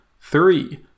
Three